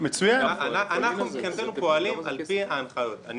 אנחנו מבחנתנו פועלים על פי ההנחיות,